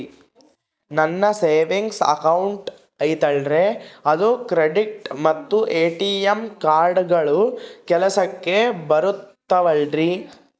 ನನ್ನ savings account ಐತಲ್ರೇ ಅದು ಕ್ರೆಡಿಟ್ ಮತ್ತ ಎ.ಟಿ.ಎಂ ಕಾರ್ಡುಗಳು ಕೆಲಸಕ್ಕೆ ಬರುತ್ತಾವಲ್ರಿ?